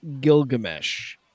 Gilgamesh